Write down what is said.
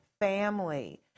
family